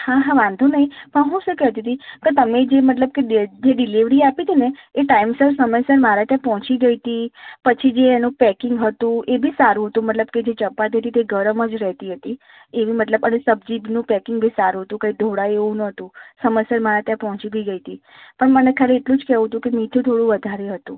હા હા વાંધો નહીં પણ હું શું કહેતી હતી કે તમે જે મતલબ કે ડે જે ડીલેવરી આપી હતી ને એ ટાઇમસર સમયસર મારા ત્યાં પહોંચી ગઈ હતી પછી જે એનું પેકિંગ હતું એ બી સારું હતું મતલબ કે જે ચપાટી હતી તે ગરમ જ રહેતી હતી એવી મતલબ અને મતલબ સબ્જીનું પેકિંગ પણ સારું હતું કઈ ઢોળાય એવું નહોતું સમયસર મારા ત્યાં પહોંચી બી ગઈ હતી પણ મને ખાલી એટલું જ કહેવું હતું કે મીઠું થોડું વધારે હતું